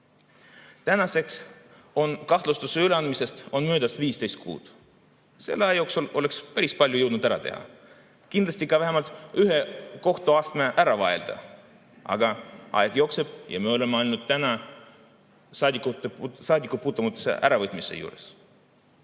Tänaseks on kahtlustuse üleandmisest möödas 15 kuud. Selle aja jooksul oleks päris palju jõudnud ära teha, kindlasti vähemalt ühe kohtuastme ära vaielda. Aga aeg jookseb ja me oleme täna alles saadikupuutumatuse äravõtmise juures.